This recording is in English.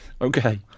Okay